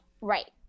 right